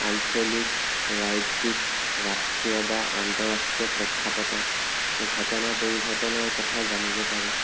আঞ্চলিক ৰাজ্য়িক ৰাষ্ট্ৰীয় বা আন্তঃৰাষ্ট্ৰীয় প্ৰেক্ষাপটত ঘটনা পৰিঘটনাৰ কথা জানিব পাৰি